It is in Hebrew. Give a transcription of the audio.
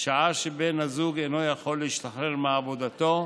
שעה שבן הזוג אינו יכול להשתחרר מעבודתו,